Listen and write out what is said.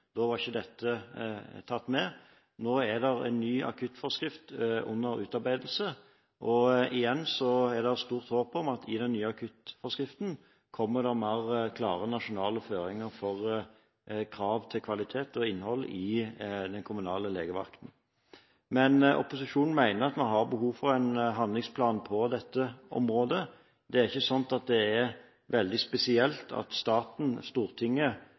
da var ikke dette tatt med. Nå er en ny akuttforskrift under utarbeidelse, og igjen er det et stort håp om at det i den nye akuttforskriften vil komme mer klare nasjonale føringer om krav til kvalitet og innhold i den kommunale legevakten. Opposisjonen mener at vi har behov for en handlingsplan på dette området. Det er ikke veldig spesielt at staten, Stortinget